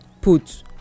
put